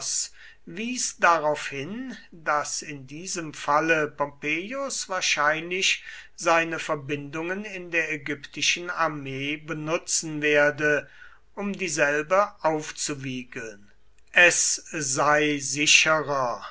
wies darauf hin daß in diesem falle pompeius wahrscheinlich seine verbindungen in der ägyptischen armee benutzen werde um dieselbe aufzuwiegeln es sei sicherer